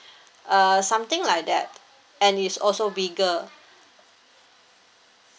uh something like that and it's also bigger